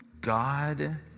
God